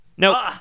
No